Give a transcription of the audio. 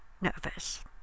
nervous